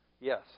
Yes